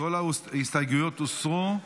כל ההסתייגויות הוסרו.